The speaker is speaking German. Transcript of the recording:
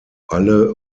alle